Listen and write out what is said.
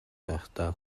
байхдаа